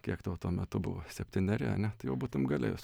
kiek tau tuo metu buvo septyneri ane tai jau būtum galėjus